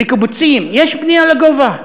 בקיבוצים יש בנייה לגובה?